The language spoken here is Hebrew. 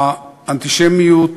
האנטישמיות